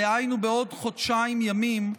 דהיינו בעוד חודשיים ימים,